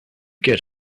get